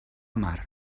mar